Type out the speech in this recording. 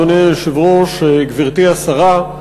אדוני היושב-ראש, גברתי השרה,